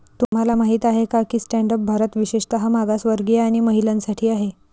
तुम्हाला माहित आहे का की स्टँड अप भारत विशेषतः मागासवर्गीय आणि महिलांसाठी आहे